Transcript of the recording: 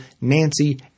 Nancy